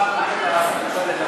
עכשיו לדבר?